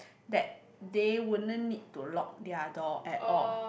that they wouldn't need to lock their door at all